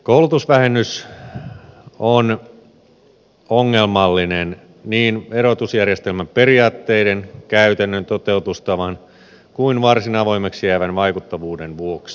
koulutusvähennys on ongelmallinen niin verotusjärjestelmän periaatteiden käytännön toteutustavan kuin varsin avoimeksi jäävän vaikuttavuuden vuoksi